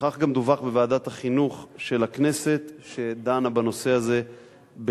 וכך גם דווח בוועדת החינוך של הכנסת שדנה בנושא הזה ב-26